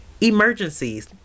Emergencies